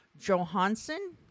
Johansson